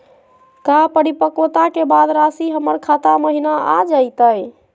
का परिपक्वता के बाद रासी हमर खाता महिना आ जइतई?